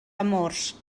amors